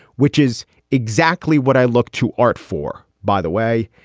which is exactly what i look to art for, by the way.